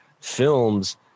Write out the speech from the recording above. films